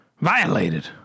violated